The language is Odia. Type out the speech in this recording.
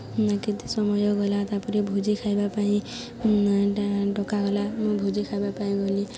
କେତେ ସମୟ ଗଲା ତା'ପରେ ଭୋଜି ଖାଇବା ପାଇଁ ଡକାଗଲା ମୁଁ ଭୋଜି ଖାଇବା ପାଇଁ ଗଲି